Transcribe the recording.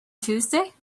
tuesday